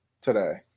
today